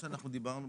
מה שאנחנו דיברנו,